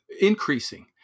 increasing